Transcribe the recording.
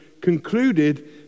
concluded